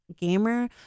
gamer